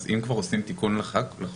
אז אם כבר עושים תיקון לחוק,